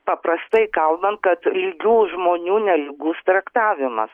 paprastai kalbant kad lygių žmonių nelygus traktavimas